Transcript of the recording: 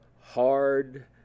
hard